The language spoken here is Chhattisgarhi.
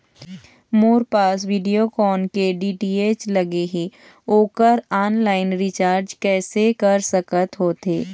मोर पास वीडियोकॉन के डी.टी.एच लगे हे, ओकर ऑनलाइन रिचार्ज कैसे कर सकत होथे?